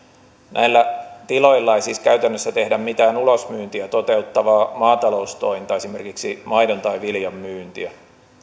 näillä tiloilla ei siis käytännössä tehdä mitään ulosmyyntiä toteuttavaa maataloustointa esimerkiksi maidon tai viljan myyntiä